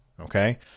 Okay